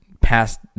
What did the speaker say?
past